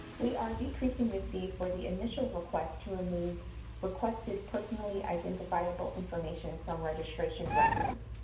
we are decreasing the fee for the initial request to remove requested personally identifiable information from registration records.